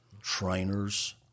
Trainers